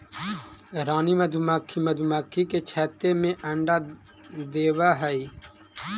रानी मधुमक्खी मधुमक्खी के छत्ते में अंडा देवअ हई